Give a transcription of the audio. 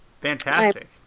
Fantastic